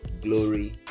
glory